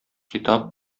китап